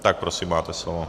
Tak prosím, máte slovo.